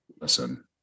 listen